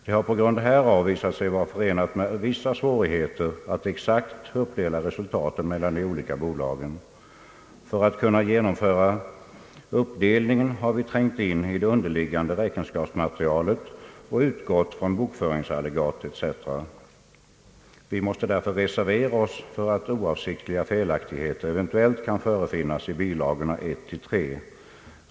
Det har på grund härav visat sig vara förenat med vissa svårigheter att exakt uppdela resultaten mellan de olika bolagen. För att kunna genomföra uppdelningen har vi trängt in i det underliggande räkenskapsmaterialet och utgått från bokföringsallegat etc. Vi måste därför reservera oss för att oavsiktliga felaktigheter eventuellt kan förefinnas i bilagorna 1—3.